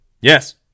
Yes